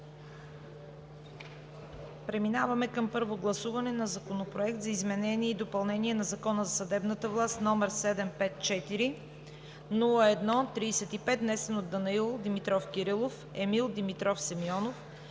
приеме на първо гласуване Законопроект за изменение и допълнение на Закона за съдебната власт, № 754-01-35, внесен от Данаил Димитров Кирилов, Емил Димитров Симеонов,